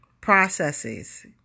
processes